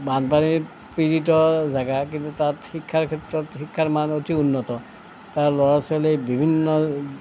বানপানীত পীড়িত জেগা কিন্তু তাত শিক্ষাৰ ক্ষেত্ৰত শিক্ষাৰ মান অতি উন্নত তাৰ ল'ৰা ছোৱালীয়ে বিভিন্ন